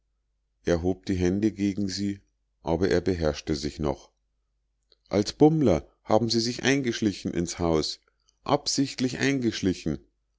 er hob die hände gegen sie aber er beherrschte sich noch als bummler haben sich eingeschlichen ins haus absichtlich eingeschlichen